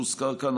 שהוזכר כאן,